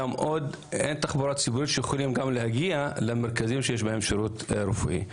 אין תחבורה ציבורית שיכולים גם להגיע למרכזים שיש בהם שירות רפואי.